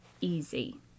easy